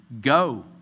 Go